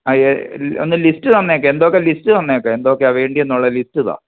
അത് ഒന്ന് ലിസ്റ്റ് തന്നേക്ക് എന്തോക്കെ ലിസ്റ്റ് തന്നേക്ക് എന്തൊക്കെയാണ് വേണ്ടിയേന്നുള്ള ലിസ്റ്റ് താ